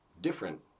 different